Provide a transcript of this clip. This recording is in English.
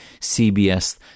CBS